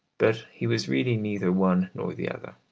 but he was really neither one nor the other.